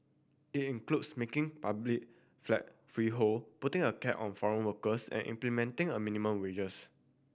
it includes making public flat freehold putting a cap on foreign workers and implementing a minimum wages